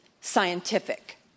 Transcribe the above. scientific